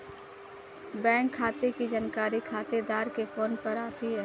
bank खाते की जानकारी खातेदार के फोन पर आती है